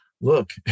look